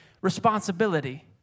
responsibility